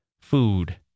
food